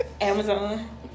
Amazon